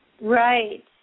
Right